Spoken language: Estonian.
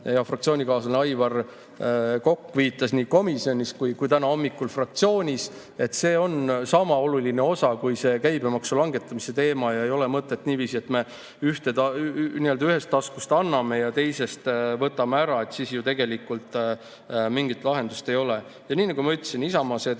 hea fraktsioonikaaslane Aivar Kokk viitas nii komisjonis kui täna hommikul fraktsioonis, on sama oluline teema kui see käibemaksu langetamise teema. Ei ole mõtet teha niiviisi, et me nii-öelda ühest taskust anname ja teisest võtame ära. Siis ju tegelikult mingit lahendust ei ole. Aga nagu ma ütlesin, Isamaa